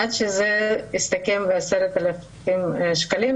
עד שזה הסתכם ב-10,000 שקלים,